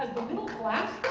and class